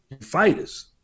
fighters